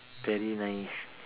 very naive